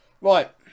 Right